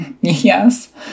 Yes